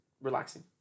relaxing